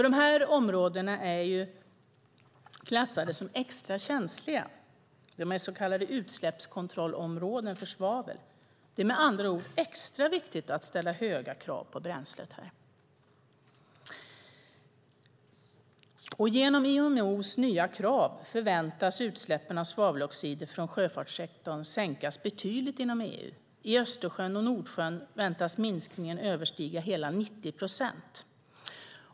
Dessa områden är klassade som extra känsliga. De är så kallade utsläppskontrollområden för svavel. Det är med andra ord extra viktigt att ställa höga krav på bränslet här. Med hjälp av IMO:s nya krav förväntas utsläppen av svaveloxider från sjöfartssektorn sänkas betydligt inom EU. I Östersjön och Nordsjön väntas minskningen överstiga hela 90 procent.